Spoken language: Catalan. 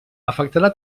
afectarà